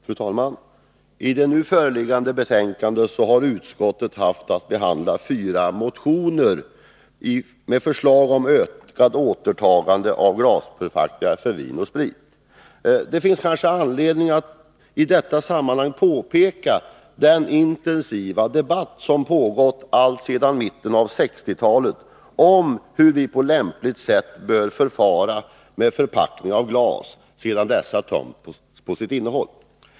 Fru talman! I det betänkande som nu föreligger till behandling har jordbruksutskottet haft att behandla fyra motioner med förslag om ökat återtagande av glasförpackningar för vin och sprit. Det finns kanske anledning att i detta sammanhang påpeka den intensiva debatt som pågått alltsedan mitten av 1960-talet om hur vi på lämpligt sätt bör förfara med förpackningar av glas sedan dessa tömts på sitt innehåll.